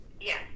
Yes